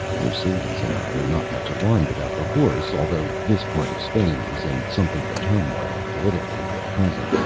mercedes and i are not much alarmed about the horse, although this part of spain is in something of a turmoil, politically, at present,